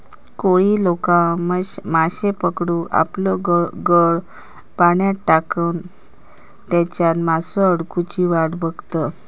कोळी लोका माश्ये पकडूक आपलो गळ पाण्यात टाकान तेच्यात मासो अडकुची वाट बघतत